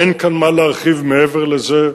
אין כאן מה להרחיב מעבר לזה.